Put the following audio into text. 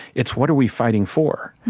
it's what are we fighting for?